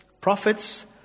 Prophets